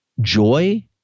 joy